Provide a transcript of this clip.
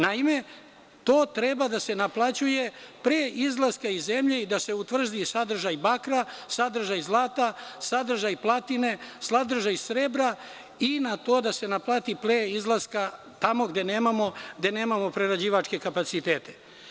Naime, to treba da se naplaćuje pre izlaska iz zemlje i da se utvrdi sadržaj bakra, sadržaj zlata, sadržaj platine, sadržaj srebra i na to da se naplati pre izlaska, tamo gde nemamo prerađivačke kapacitete.